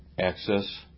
access